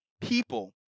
people